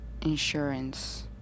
Insurance